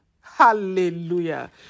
Hallelujah